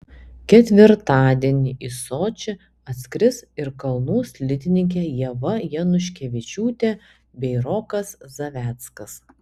ketvirtadienį į sočį atskris ir kalnų slidininkai ieva januškevičiūtė bei rokas zaveckas